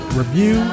review